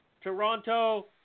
Toronto